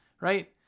Right